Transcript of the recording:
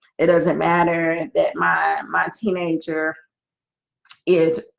it doesn't matter that my my teenager is